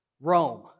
Rome